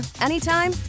anytime